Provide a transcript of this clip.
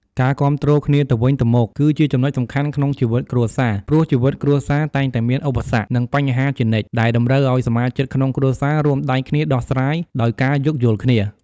ការគាំទ្រគ្នាទៅវិញទៅមក គឺជាចំណុចសំខាន់ក្នុងជីវិតគ្រួសារ ព្រោះជីវិតគ្រួសារតែងតែមានឧបសគ្គ និងបញ្ហាជានិច្ច ដែលតម្រូវឱ្យសមាជិកក្នុងគ្រួសាររួមដៃគ្នាដោះស្រាយ ដោយការយោគយល់គ្នា។